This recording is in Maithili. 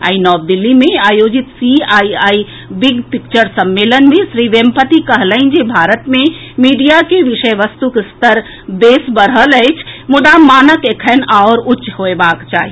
आइ नव दिल्ली मे आयोजित सीआईआई बिग पिक्चर सम्मेलन मे श्री वेम्पति कहलनि जे भारत मे मीडिया के विषय वस्तुक स्तर बेस बढ़ल अछि मुदा मानक एखन आओर उच्च होयबाक चाहि